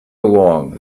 along